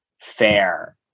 fair